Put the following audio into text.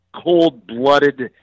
cold-blooded